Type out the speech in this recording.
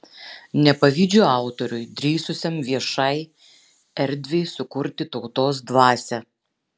nepavydžiu autoriui drįsusiam viešai erdvei sukurti tautos dvasią